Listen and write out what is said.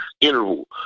interval